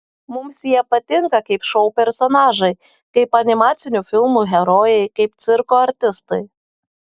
mums jie patinka kaip šou personažai kaip animacinių filmų herojai kaip cirko artistai